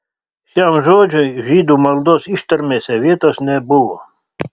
šiam žodžiui žydų maldos ištarmėse vietos nebuvo